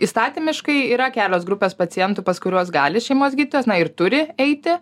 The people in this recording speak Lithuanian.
įstatymiškai yra kelios grupės pacientų pas kuriuos gali šeimos gydytojas na ir turi eiti